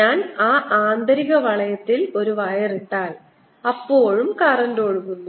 ഞാൻ ആന്തരിക വളയത്തിൽ വയർ ഇട്ടാൽ അപ്പോഴും കറന്റ് ഒഴുകുന്നു